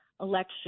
election